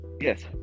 yes